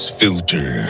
filter